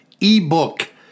ebook